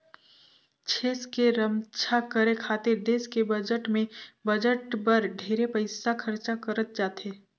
छेस के रम्छा करे खातिर देस के बजट में बजट बर ढेरे पइसा खरचा करत जाथे